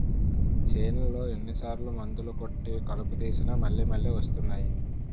చేన్లో ఎన్ని సార్లు మందులు కొట్టి కలుపు తీసినా మళ్ళి మళ్ళి వస్తున్నాయి